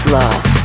love